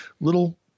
little